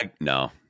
No